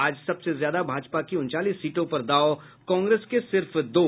आज सबसे ज्यादा भाजपा की उनचालीस सीटों पर दांव कांग्रेस के सिर्फ दो